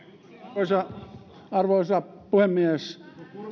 arvoisa arvoisa puhemies